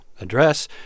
address